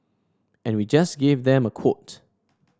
and we just gave them a quote